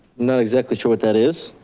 not exactly sure what that is.